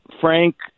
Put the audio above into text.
Frank